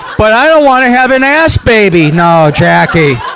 but i don't want to have an ass baby, no, jackie!